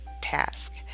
task